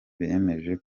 bemeje